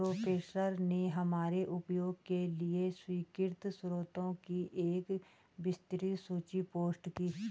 professor ने हमारे उपयोग के लिए स्वीकृत स्रोतों की एक विस्तृत सूची पोस्ट की